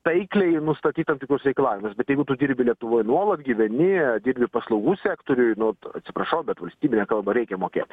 taikliai nustatyt tam tikrus reikalavimus bet jeigu tu dirbi lietuvoj nuolat gyveni dirbi paslaugų sektoriuj nu atsiprašau bet valstybinę kalbą reikia mokėt